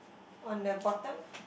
on the bottom